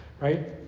right